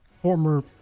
Former